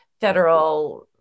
federal